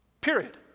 Period